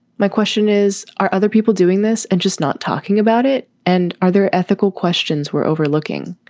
my question is, are other people doing this and just not talking about it? and are there ethical questions we're overlooking?